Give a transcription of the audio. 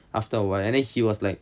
after a while and then he was like